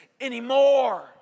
anymore